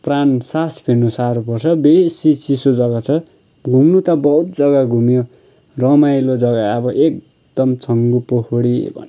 प्राण सास फेर्नु साह्रो पर्छ बेसी चिसो जग्गा छ घुम्नु त बहुत जग्गा घुम्यो रमाइलो जग्गा अब एकदम छङ्गुको पोखरी